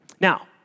Now